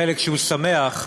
החלק שמח,